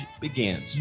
begins